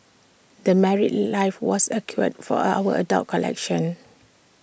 the married life was A cure for A our adult collection